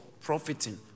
Profiting